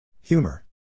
Humor